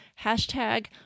Hashtag